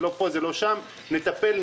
נטפל,